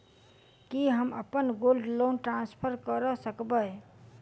की हम अप्पन gold loan transfer करऽ सकबै?